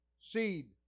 seed